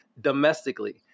domestically